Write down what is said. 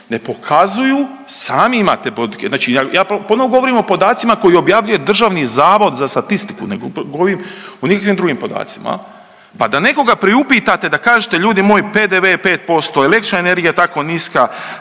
ne pokazuju sami imate podatke. Znači ja ponovo govorim o podacima koje objavljuje Državni zavod za statistiku, ne govorim o nikakvim drugim podacima. Pa da nekoga priupitate da kažete ljudi moji PDV je 5%, električna energija tako niska,